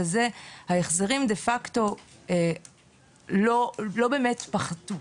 וזה שההחזרים דה-פקטו לא באמת פחתו.